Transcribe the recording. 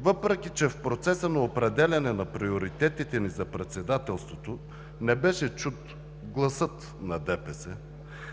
Въпреки че в процеса на определяне на приоритетите ни за Председателството не беше чут гласът на ДПС,